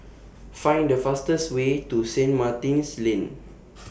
Find The fastest Way to Saint Martin's Lane